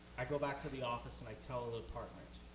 i go back to the office and i tell the department,